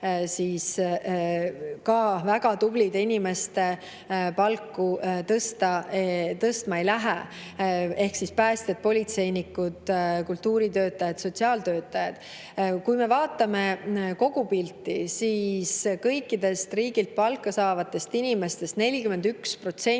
teiste ka väga tublide inimeste palku tõstma ei lähe. [Need on] päästjad, politseinikud, kultuuritöötajad ja sotsiaaltöötajad. Kui me vaatame kogu pilti, siis kõikidest riigilt palka saavatest inimestest 41%